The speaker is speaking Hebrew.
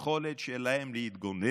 ביכולת שלהם להתגונן.